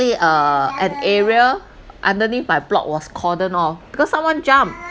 uh an area underneath my block was cordoned off because someone jump